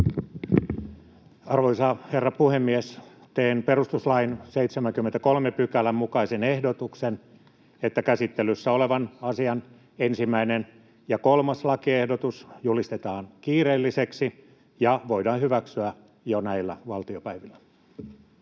Arvoisa herra puhemies! Teen perustuslain 73 §:n mukaisen ehdotuksen, että käsittelyssä olevan asian ensimmäinen ja kolmas lakiehdotus julistetaan kiireellisiksi ja voidaan hyväksyä jo näillä valtiopäivillä.